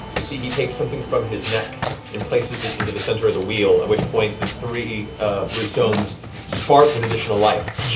you see he takes something from his neck and places it into the center of the wheel, at which point the three blue stones spark with additional life.